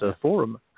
Forum